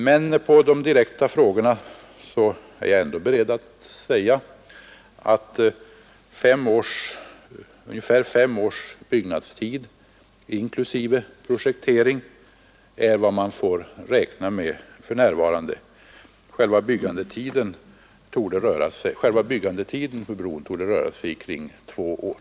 Men på de direkta frågorna är jag ändå beredd att säga att ungefär fem års byggnadstid inklusive projektering är vad man får räkna med för närvarande. Själva byggandetiden för bron torde röra sig om två år.